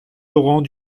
laurent